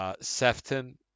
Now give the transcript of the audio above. Sefton